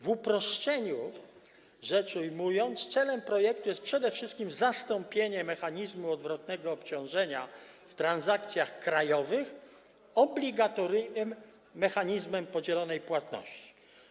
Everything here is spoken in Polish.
W uproszczeniu, celem projektu jest przede wszystkim zastąpienie mechanizmu odwrotnego obciążenia w transakcjach krajowych obligatoryjnym mechanizmem podzielonej płatności.